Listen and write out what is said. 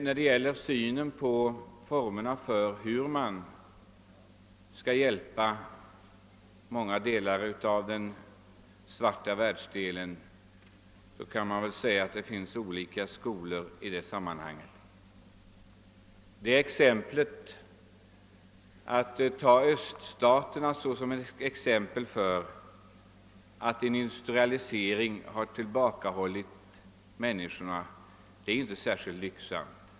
När det gäller synen på hur man skall hjälpa de svarta världsdelarna måste vi dock konstatera att det finns olika uppfattningar. Att peka på öststaterna såsom ett exempel på att en industrialisering har tillbakahållit utvecklingen mot demokrati är inte särskilt lyckat.